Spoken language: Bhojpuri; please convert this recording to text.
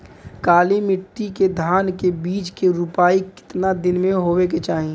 काली मिट्टी के धान के बिज के रूपाई कितना दिन मे होवे के चाही?